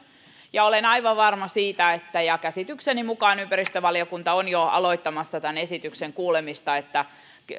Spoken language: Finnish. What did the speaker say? ja olen aivan varma siitä ja käsitykseni mukaan ympäristövaliokunta on jo aloittamassa tämän esityksen kuulemista että